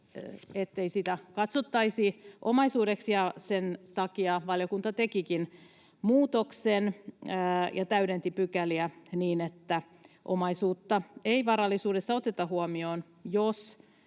sitä ei katsottaisi omaisuudeksi, ja sen takia valiokunta tekikin muutoksen ja täydensi pykäliä niin, että omaisuutta ei varallisuudessa oteta huomioon, jos